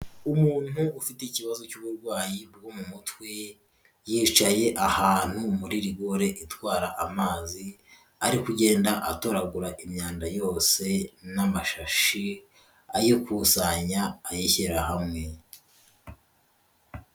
Umuntu ufite ikibazo cy'uburwayi bwo mu mutwe, yicaye ahantu muri rigore itwara amazi, ari kugenda atoragura imyanda yose n'amashashi, ayikusanya ayishyira hamwe.